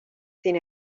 sin